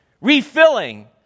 refilling